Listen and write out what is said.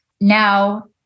now